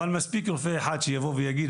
אבל מספיק רופא אחד שיבוא ויגיד,